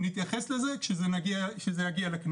נתייחס לזה כשזה יגיע לכנסת.